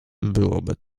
byłoby